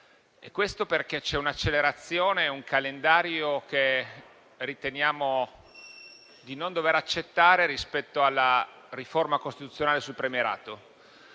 dovuto ad un'accelerazione e a un calendario che riteniamo di non dover accettare rispetto alla riforma costituzionale sul premierato,